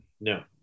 No